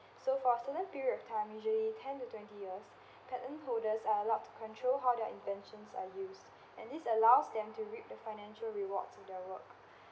so for a certain period of time usually ten to twenty years patent holders are allowed to control how their intentions are used and this allows them to reap the financial rewards to their work